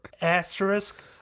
asterisk